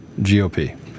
GOP